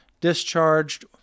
discharged